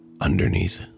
Underneath